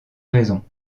raisons